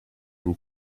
and